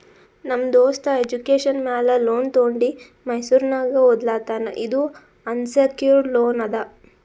ನಮ್ ದೋಸ್ತ ಎಜುಕೇಷನ್ ಮ್ಯಾಲ ಲೋನ್ ತೊಂಡಿ ಮೈಸೂರ್ನಾಗ್ ಓದ್ಲಾತಾನ್ ಇದು ಅನ್ಸೆಕ್ಯೂರ್ಡ್ ಲೋನ್ ಅದಾ